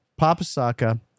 Papasaka